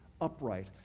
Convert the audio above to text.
upright